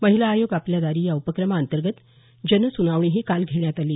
महिला आयोग आपल्या दारी या उपक्रमाअंतर्गत जनसुनावणीही काल घेण्यात आली